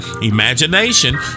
Imagination